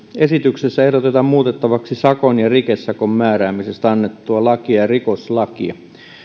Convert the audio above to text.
esityksessä ehdotetaan muutettavaksi sakon ja rikesakon määräämisestä annettua lakia ja rikoslakia